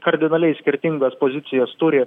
kardinaliai skirtingas pozicijas turi